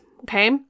okay